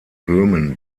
böhmen